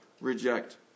reject